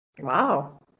Wow